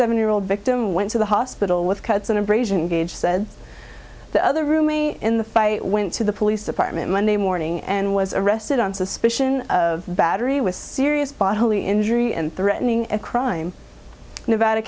seven year old victim went to the hospital with cuts and abrasion gage said the other roomie in the fight went to the police department monday morning and was arrested on suspicion of battery with serious bodily injury and threatening a crime nevada